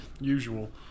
usual